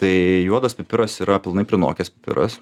tai juodas pipiras yra pilnai prinokęs pipiras